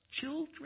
children